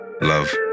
love